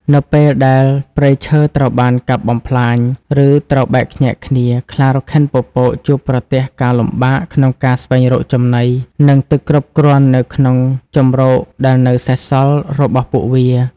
នៅពេលដែលព្រៃឈើត្រូវបានកាប់បំផ្លាញ ឬត្រូវបែកខ្ញែកគ្នា ខ្លារខិនពពកជួបប្រទះការលំបាកក្នុងការស្វែងរកចំណី និងទឹកគ្រប់គ្រាន់នៅក្នុងជម្រកដែលនៅសេសសល់របស់ពួកវា។